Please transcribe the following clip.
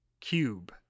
cube